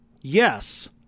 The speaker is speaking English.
yes